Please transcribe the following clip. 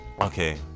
okay